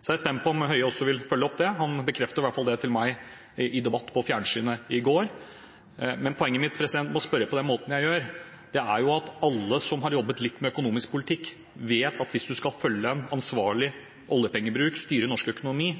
Så er jeg spent på om Høie også vil følge opp det – han bekreftet i hvert fall det overfor meg i debatt på fjernsynet i går. Men poenget mitt med å spørre på den måten jeg gjør, er at alle som har jobbet litt med økonomisk politikk, vet at hvis du skal følge en ansvarlig oljepengebruk, styre norsk økonomi,